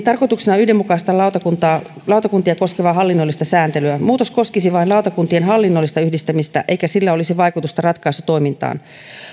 tarkoituksena on yhdenmukaistaa lautakuntia koskevaa hallinnollista sääntelyä muutos koskisi vain lautakuntien hallinnollista yhdistämistä eikä sillä olisi vaikutusta ratkaisutoimintaan